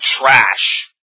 trash